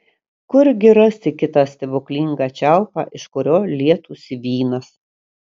kurgi rasi kitą stebuklingą čiaupą iš kurio lietųsi vynas